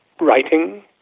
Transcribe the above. writing